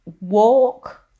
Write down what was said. walk